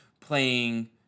playing